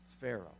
Pharaoh